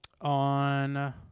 on